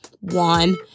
one